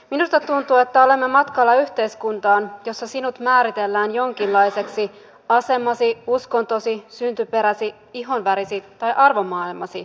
minusta tuntuu että olemme matkalla yhteiskuntaan jossa sinut määritellään jonkinlaiseksi asemasi uskontosi syntyperäsi ihonvärisi tai arvomaailmasi vuoksi